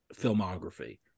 filmography